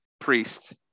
priest